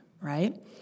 right